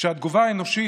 כשהתגובה האנושית,